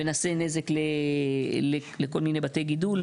ונעשה נזק לכל מיני בתי גידול.